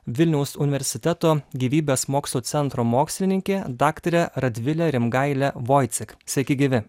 vilniaus universiteto gyvybės mokslų centro mokslininkė daktarė radvilė rimgailė voicek